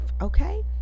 okay